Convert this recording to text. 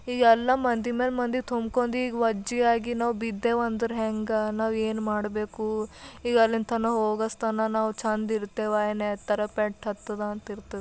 ಈಗ ಎಲ್ಲ ಮಂದಿ ಮೇಲೆ ಮಂದಿ ತುಂಬ್ಕೊಂದ್ ಈಗ ವಜ್ಜೆಯಾಗಿ ನಾವು ಬಿದ್ದೇವಂದ್ರೆ ಹೆಂಗೆ ನಾವು ಏನು ಮಾಡಬೇಕು ಈಗ ಅಲ್ಲಿನ ತನಕ ಹೋಗಸ್ತನ ನಾವು ಚಂದ ಇರ್ತೇವಾ ಏನು ಏನರ ಪೆಟ್ಟು ಹತ್ತದ ಅಂತ ಇರ್ತದೆ